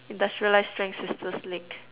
industrialized strength sister's leg